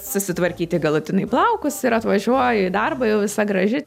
susitvarkyti galutinai plaukus ir atvažiuoju į darbą jau visa graži